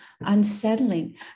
unsettling